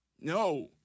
No